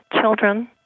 children